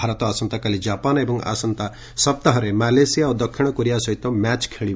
ଭାରତ ଆସନ୍ତାକାଲି ଜାପାନ ଏବଂ ଆସନ୍ତା ସପ୍ତାହରେ ମାଲେସିଆ ଓ ଦକ୍ଷିଣ କୋରିଆ ସହିତ ମ୍ୟାଚ୍ ଖେଳିବ